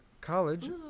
college